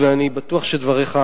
ואני בטוח שדבריך,